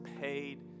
paid